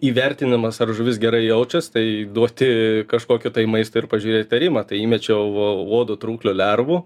įvertinimas ar žuvis gerai jaučias tai duoti kažkokio maisto ir pažiūrėt ar ima tai įmečiau uodo trūklio lervų